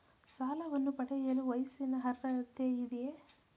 ಸಾಲವನ್ನು ಪಡೆಯಲು ವಯಸ್ಸಿನ ಅರ್ಹತೆ ಇದೆಯಾ?